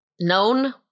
known